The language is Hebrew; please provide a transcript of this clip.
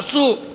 עשו.